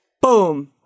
Boom